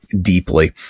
deeply